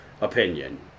opinion